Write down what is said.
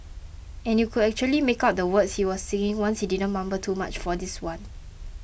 and you could actually make out the words he was singing since he didn't mumble too much for this one